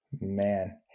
Man